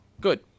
Good